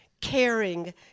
caring